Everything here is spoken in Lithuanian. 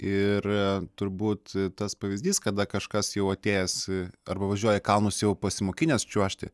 ir turbūt tas pavyzdys kada kažkas jau atėjęs arba važiuoja į kalnus jau pasimokinę čiuožti